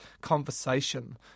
conversation